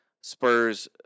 Spurs